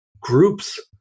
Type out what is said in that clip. groups